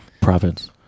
Province